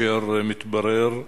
מתברר,